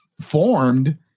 formed